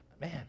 man